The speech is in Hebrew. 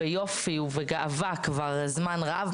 ביופי ובגאווה כבר זמן רב,